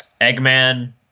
Eggman